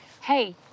Hey